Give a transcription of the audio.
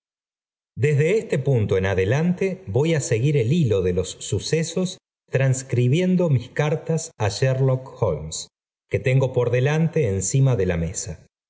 desde este punto en adelante voy á seguir el hilo de los sucesos transcribiendo mis cartas á sherlock holmes que tengo por delante encima de la mesa